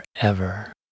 forever